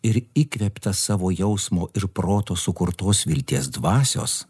ir įkvėptas savo jausmo ir proto sukurtos vilties dvasios